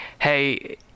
hey